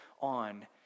on